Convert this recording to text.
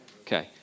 Okay